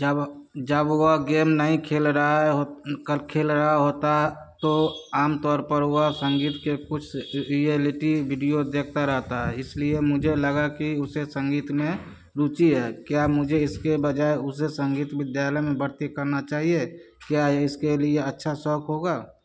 जब जब वह गेम नहीं खेल रहा है हो क खेल रहा होता तो आम तौर पर वह संगीत के कुछ रियेलिटी विडियो देखता रहता है इसलिये मुझे लगा कि उसे संगीत में रुचि है क्या मुझे इसके बजाय उसे संगीत विद्यालय में भर्ती करना चाहिये क्या इसके लिये अच्छा शौक़ होगा